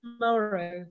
tomorrow